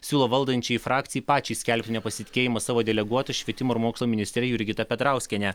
siūlo valdančiajai frakcijai pačiai skelbti nepasitikėjimą savo deleguota švietimo ir mokslo ministrė jurgita petrauskiene